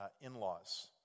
in-laws